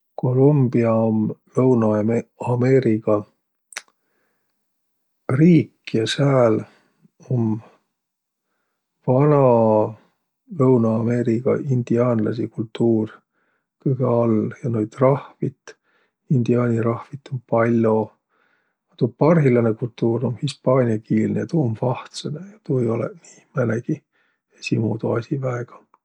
Kolumbia um Lõunõ-Ameeriga riik ja sääl um vana Lõunõ-Ameeriga indiaanlaisi kultuur kõgõ all. Ja noid rahvit, indiaani rahvit, um pall'o. Tuu parhillanõ kultuur um hispaaniakiilne. Tuu um vahtsõnõ. Tuu ei olõq nii määnegi esiqmuudu asi väega.